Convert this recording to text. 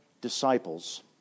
disciples